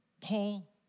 Paul